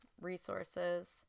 resources